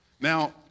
Now